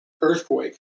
earthquake